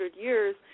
years